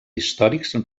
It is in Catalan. històrics